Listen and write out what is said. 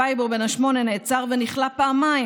פייבור בן השמונה נעצר ונכלא פעמיים